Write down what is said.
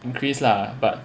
increase lah but